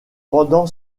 pendant